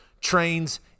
trains